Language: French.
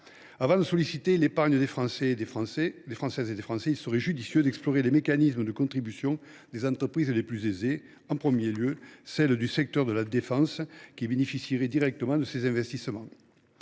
Avant de solliciter l’épargne des Françaises et des Français, il serait judicieux d’explorer les mécanismes de contribution des entreprises les plus aisées, en premier lieu celles du secteur de la défense, qui bénéficieraient directement de ces investissements.